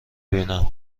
بینم